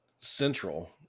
central